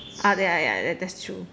ah ya ya ya that's true